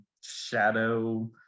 shadow